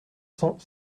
cent